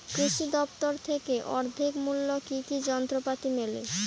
কৃষি দফতর থেকে অর্ধেক মূল্য কি কি যন্ত্রপাতি মেলে?